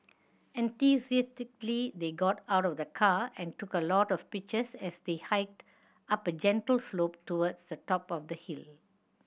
enthusiastically they got out of the car and took a lot of pictures as they hiked up a gentle slope towards the top of the hill